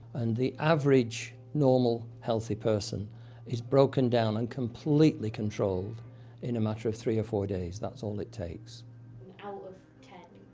and the average, normal, healthy person is broken down and completely controlled in a matter of three or four days. that's all it takes. producer out of ten,